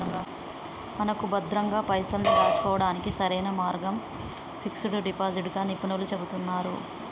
మనకు భద్రంగా పైసల్ని దాచుకోవడానికి సరైన మార్గం ఫిక్స్ డిపాజిట్ గా నిపుణులు చెబుతున్నారు